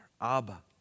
Abba